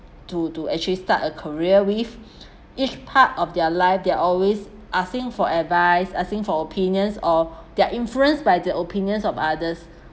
to to actually start a career with each part of their life they're always asking for advice asking for opinions or they are influenced by the opinions of others